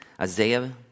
Isaiah